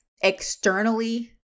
externally